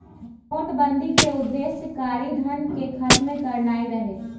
नोटबन्दि के उद्देश्य कारीधन के खत्म करनाइ रहै